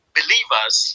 believers